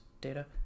data